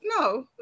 no